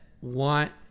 want